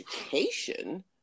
education